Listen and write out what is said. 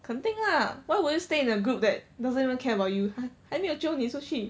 肯定 lah why will you stay in a group that doesn't even care about you !huh! 还没有 jio 你出去